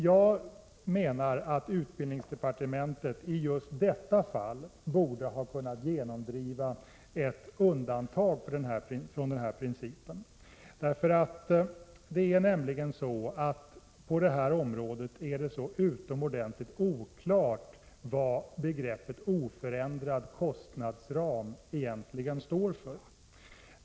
Jag menar att utbildningsdepartementet i just det här fallet borde ha kunnat göra ett undantag från denna princip. På detta område är det nämligen utomordentligt oklart vad begreppet oförändrad kostnadsram egentligen står för.